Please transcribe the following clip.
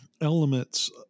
elements